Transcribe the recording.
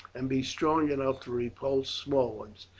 and be strong enough to repulse small ones.